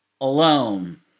alone